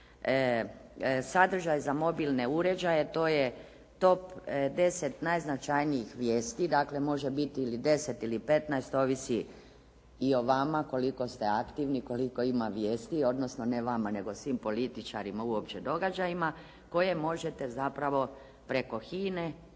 sadržaj za mobilne uređaje, to je top 10 najznačajnijih vijesti. Dakle, može biti ili deset ili petnaest, ovisi i o vama koliko ste aktivni i koliko ima vijesti odnosno ne vama nego svim političarima i uopće događajima koje možete zapravo preko HINA-e